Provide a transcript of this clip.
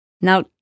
Now